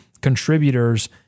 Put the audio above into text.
contributors